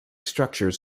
structures